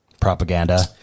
Propaganda